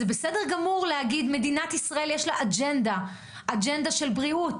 זה בסדר גמור להגיד שלמדינת ישראל יש אג'נדה של בריאות,